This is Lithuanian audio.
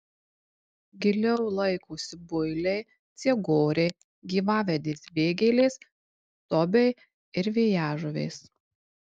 giliau laikosi builiai ciegoriai gyvavedės vėgėlės tobiai ir vėjažuvės